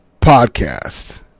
podcast